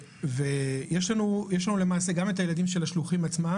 יש למעשה גם את הילדים של השלוחים עצמם